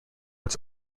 its